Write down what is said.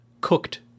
cooked